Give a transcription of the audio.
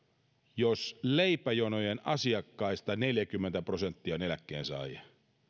jos leipäjonojen asiakkaista neljäkymmentä prosenttia on eläkkeensaajia